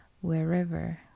wherever